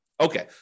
okay